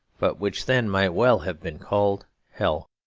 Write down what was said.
but which then might well have been called hell.